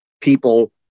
people